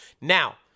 Now